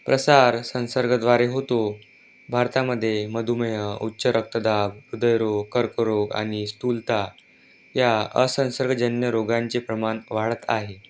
प्रसार संसर्गाद्वारे होतो भारतामध्ये मधुमेह उच्च रक्तदाब हृदयरोग कर्करोग आणि स्थूलता या असंसर्गजन्य रोगांचे प्रमाण वाढत आहे